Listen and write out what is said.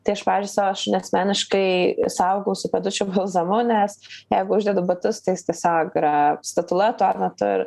tai aš pavyzdžiui savo šunį asmeniškai saugau su pėdučių balzamu nes jeigu uždedu batus tai jis tiesiog yra statula tuo metu ir